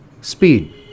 speed